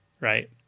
right